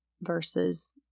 versus